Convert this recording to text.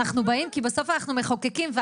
אנחנו מחוקקים,